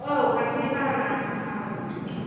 औ हारसिङै भारा लानानै थांनो हागोन औ